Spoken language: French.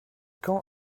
quand